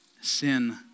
sin